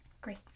Great